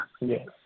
Yes